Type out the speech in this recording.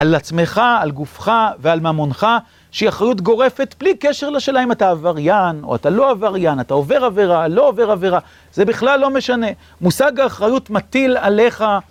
על עצמך, על גופך ועל ממונך שהיא אחריות גורפת בלי קשר לשאלה אם אתה עבריין או אתה לא עבריין, אתה עובר עבירה, לא עובר עבירה, זה בכלל לא משנה, מושג האחריות מטיל עליך...